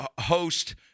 host